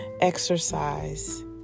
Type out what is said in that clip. exercise